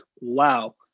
wow